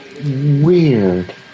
Weird